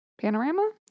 Panorama